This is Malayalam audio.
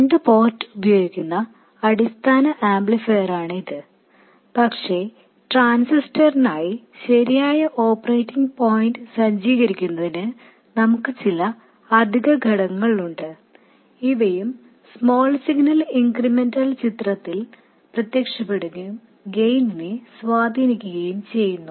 രണ്ട് പോർട്ട് ഉപയോഗിക്കുന്ന അടിസ്ഥാന ആംപ്ലിഫയറാണ് ഇത് പക്ഷേ ട്രാൻസിസ്റ്ററിനായി ശരിയായ ഓപ്പറേറ്റിംഗ് പോയിന്റ് സജ്ജീകരിക്കുന്നതിന് നമുക്ക് ചില അധിക ഘടകങ്ങൾ ഉണ്ട് ഇവയും സ്മോൾ സിഗ്നൽ ഇൻക്രിമെന്റൽ ചിത്രത്തിൽ പ്രത്യക്ഷപ്പെടുകയും ഗെയിനിനെ സ്വാധീനിക്കുകയും ചെയ്യുന്നു